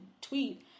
tweet